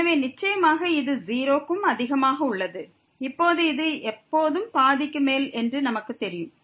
எனவே நிச்சயமாக இது 0 க்கும் அதிகமாக உள்ளது இப்போது இது எப்போதும் பாதிக்கு மேல் என்று நமக்குத் தெரியும்